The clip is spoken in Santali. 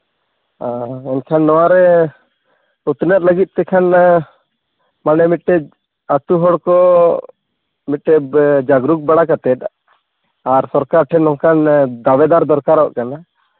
ᱮᱱᱠᱷᱟᱱ ᱱᱚᱣᱟᱨᱮ ᱩᱛᱱᱟᱹᱜ ᱞᱟᱹᱜᱤᱫ ᱛᱮᱠᱷᱟᱱ ᱫᱚ ᱢᱱᱮ ᱢᱤᱫᱴᱤᱡ ᱟᱛᱳ ᱦᱚᱲ ᱠᱚ ᱢᱤᱫᱴᱮᱡ ᱡᱟᱜᱽᱨᱚᱛ ᱵᱟᱲᱟ ᱠᱟᱛᱮᱫ ᱟᱨ ᱥᱚᱨᱠᱟᱨ ᱴᱷᱮᱱ ᱱᱚᱝᱠᱟᱱ ᱫᱟᱵᱮᱫᱟᱨ ᱫᱚᱨᱠᱟᱨᱚᱜ ᱠᱟᱱᱟ